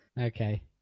Okay